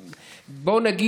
עוני.